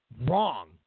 wrong